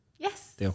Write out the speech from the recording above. Yes